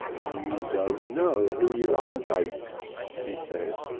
you don't know who you're up against, he said.